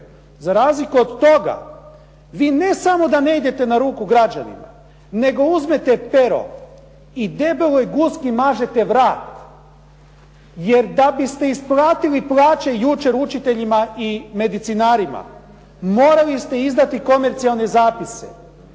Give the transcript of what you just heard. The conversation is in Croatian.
Za razliku od toga vi ne samo da ne idete na ruku građanima, nego uzmete pero i debeloj guski mažete vrat, jer da biste isplatili plaće jučer učiteljima i medicinarima, morali ste izdati komercijalne zapise,